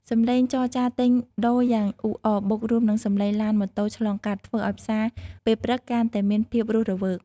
សំឡេងចរចាទិញដូរយ៉ាងអ៊ូអរ បូករួមនឹងសំឡេងឡានម៉ូតូឆ្លងកាត់ ធ្វើឲ្យផ្សារពេលព្រឹកកាន់តែមានភាពរស់រវើក។